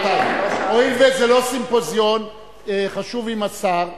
הואיל וזה לא סימפוזיון חשוב עם השר,